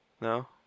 No